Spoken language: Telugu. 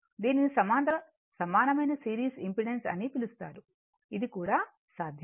దీనిని సమాంతర సమానమైన సిరీస్ ఇంపెడెన్స్ అని పిలుస్తారు ఇది కూడా సాధ్యమే